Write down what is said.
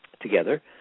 together